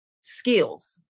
skills